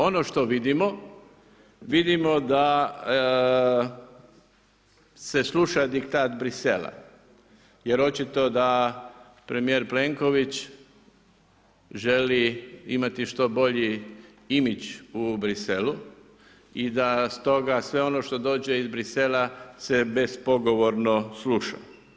Ono što vidimo, vidimo da se sluša diktat Brisela jer očito da premijer Plenković želi imati što bolji imidž u Briselu i da stoga sve ono što dođe iz Brisela se bez pogovorno sluša.